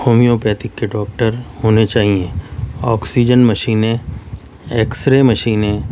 homeopathic کے doctor ہونے چاہئیں آکسیجن مشیینیں ایکسرے مشینیں